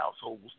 households